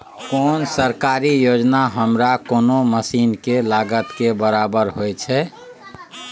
कोन सरकारी योजना हमरा कोनो मसीन के लागत के बराबर होय छै?